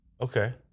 Okay